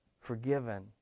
forgiven